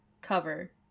cover